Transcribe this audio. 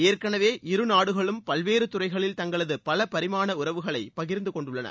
ஏற்கெனவே இரு நாடுகளும் பல்வேறு துறைகளில் தங்களது பல பரிமாண உறவுகளை பகிர்ந்து கொண்டுள்ளன